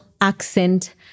accent